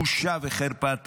בושה וחרפה.